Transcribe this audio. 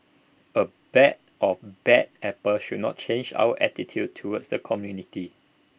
A bag of bad apples should not change our attitude towards the community